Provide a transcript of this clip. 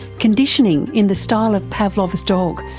conditioning in the style of pavlov's dog,